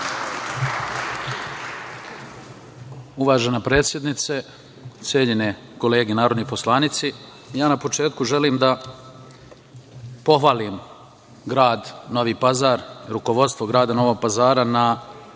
Uvažena predsednice, cenjene kolege, narodni poslanici, na početku želim da pohvalim Grad Novi Pazar, rukovodstvo Grada Novog Pazara, na